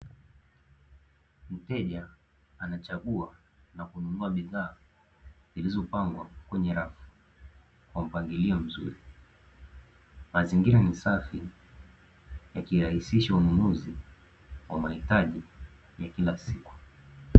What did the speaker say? Mteja anachagua na kununua bidhaa zilizopangwa kwenye rafu kwa mpangilio mzuri. Mazingira ni safi yakirahisisha ununuzi wa mahitaji ya kila siku.